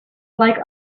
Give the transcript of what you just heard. like